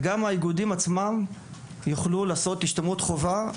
וגם האיגודים עצמם יוכלו לעשות השתלמות חובה,